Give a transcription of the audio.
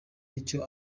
icyo